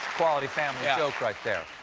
quality family joke right there.